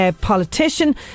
politician